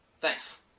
Thanks